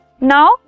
Now